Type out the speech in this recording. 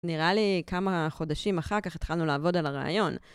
נראה לי כמה חודשים אחר כך התחלנו לעבוד על הרעיון.